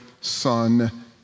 Son